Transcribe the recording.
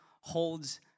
holds